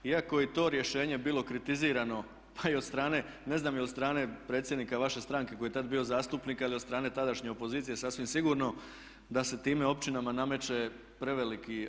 Iako je i to rješenje bilo kritizirano pa i od strane ne znam jel od strane predsjednika vaše stranke koji je tad bio zastupnik ali od strane tadašnje opozicije sasvim sigurno da se time općinama nameće preveliki.